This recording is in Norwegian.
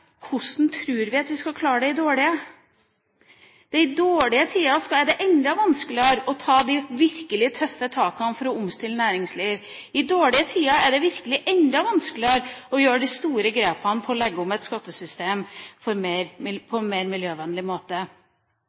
hvordan tror vi at vi skal klare det i dårlige tider? I dårlige tider er det enda vanskeligere å ta de virkelig tøffe takene for å omstille næringsliv. I dårlige tider er det virkelig enda vanskeligere å gjøre de store grepene med å legge om et skattesystem på en mer miljøvennlig måte.